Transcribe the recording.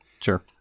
sure